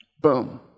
Boom